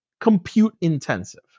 compute-intensive